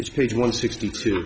it's page one sixty two